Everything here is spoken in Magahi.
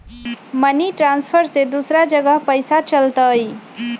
मनी ट्रांसफर से दूसरा जगह पईसा चलतई?